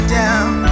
down